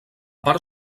part